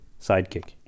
sidekick